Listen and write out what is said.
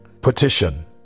Petition